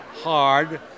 hard